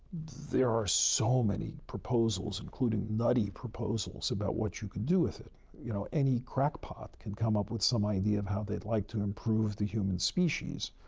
there are so many proposals, including nutty proposals about what you can do with it. you know, any crackpot can come up with some idea of how they'd like to improve the human species.